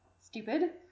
stupid